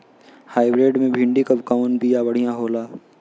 Hybrid मे भिंडी क कवन बिया बढ़ियां होला?